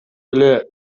эле